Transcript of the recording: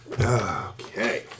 Okay